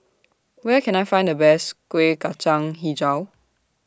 Where Can I Find The Best Kueh Kacang Hijau